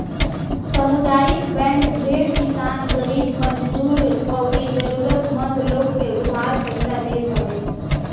सामुदायिक बैंक ढेर किसान, गरीब मजदूर अउरी जरुरत मंद लोग के उधार पईसा देत हवे